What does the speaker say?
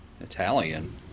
Italian